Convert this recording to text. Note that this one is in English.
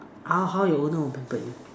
ah how your owner will pamper you